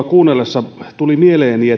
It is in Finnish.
kuunnellessa tuli mieleeni